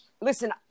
listen